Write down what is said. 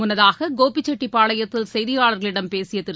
முன்னதாக கோபிசெட்டிப்பாளையத்தில் செய்தியாளர்களிடம் பேசிய திரு